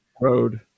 road